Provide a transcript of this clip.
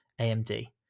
AMD